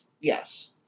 yes